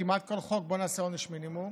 כמעט כל חוק: בואו נעשה עונש מינימום.